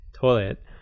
toilet